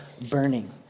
burning